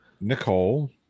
Nicole